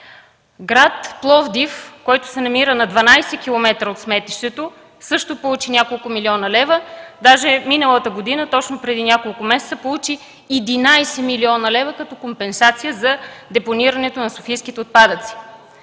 Град Пловдив, който се намира на 12 км от сметището, също получи няколко милиона лева, даже миналата година, точно преди няколко месеца, получи 11 млн. лв. като компенсация за депонирането на софийските отпадъци.